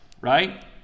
right